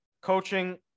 Coaching